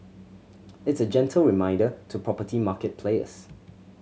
it's a gentle reminder to property market players